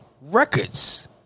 records